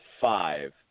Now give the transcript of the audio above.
five